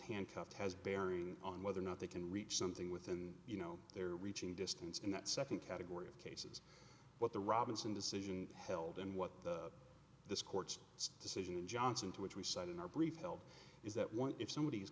handcuffed has bearing on whether or not they can reach something within you know their reaching distance in that second category of cases what the robinson decision held and what the this court's decision in johnson to which we cite in our brief held is that one if somebody